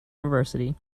university